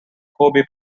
corby